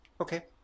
okay